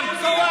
נכון,